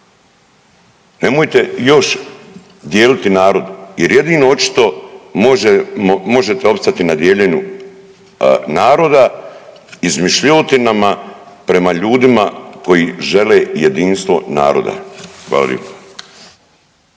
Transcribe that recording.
Nemojte još dijeliti narod jer jedino očito možete opstati na dijeljenju naroda izmišljotinama prema ljudima koji žele jedinstvo naroda. Hvala lijepo.